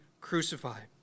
crucified